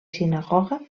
sinagoga